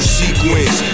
sequence